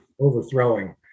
Overthrowing